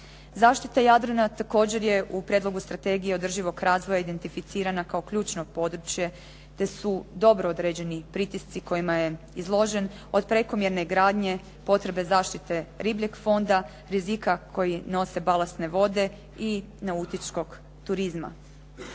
Zaštita Jadrana je također u prijedlogu Strategije održivog razvoja identificirana kao ključno područje, te su dobro određeni pritisci kojima je izložen od prekomjerne gradnje, potrebe zašite ribljeg fonda, rizika koji nosi balastne vode i nautičkog turizma.